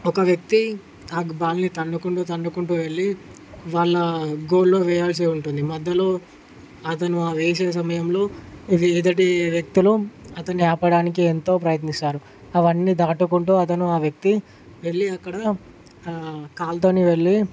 ఒక వ్యక్తి ఆ బాల్ని తన్నుకుంటూ తన్నుకుంటూ వెళ్ళి వాళ్ళ గోల్లో వేయాల్సి ఉంటుంది మధ్యలో అతను ఆ వేసే సమయంలో ఇది ఎదుటి వ్యక్తులు అతన్ని ఆపడానికి ఎంతో ప్రయత్నిస్తారు అవన్నీ దాటుకుంటూ అతను ఆ వ్యక్తి వెళ్ళి అక్కడ కాలుతోని వెళ్ళి